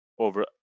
over